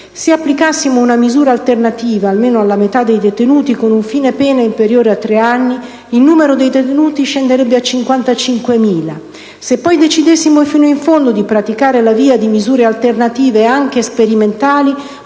Se applicassimo una misura alternativa almeno alla metà dei detenuti con un fine pena inferiore a tre anni, il numero dei detenuti scenderebbe a 55.000. Se poi decidessimo, fino in fondo, di praticare la via di misure alternative, anche sperimentali,